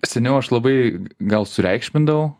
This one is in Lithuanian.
seniau aš labai gal sureikšmindavau